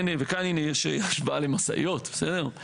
והנה, כאן יש השוואה למשאיות, בסדר?